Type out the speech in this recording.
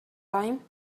time